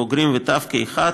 בוגרים וטף כאחד,